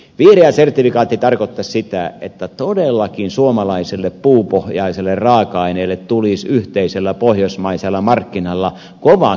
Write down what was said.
vihreä sertifikaatti tarkoittaisi sitä että todellakin suomalaiselle puupohjaiselle raaka aineelle tulisi yhteisillä pohjoismaisilla markkinoilla kova kysyntä